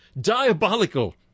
Diabolical